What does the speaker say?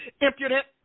impudent